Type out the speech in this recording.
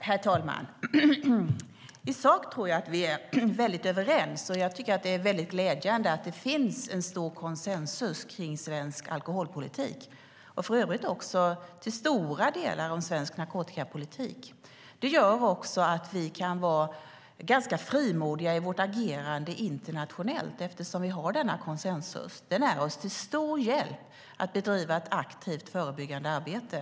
Herr talman! I sak tror jag att vi är väldigt överens, och jag tycker att det är glädjande att det finns en stor konsensus om svensk alkoholpolitik och för övrigt också till stora delar om svensk narkotikapolitik. Det gör att vi, eftersom vi har denna konsensus, kan vara ganska frimodiga i vårt agerande internationellt. Den är oss till stor hjälp när det gäller att bedriva ett aktivt förebyggande arbete.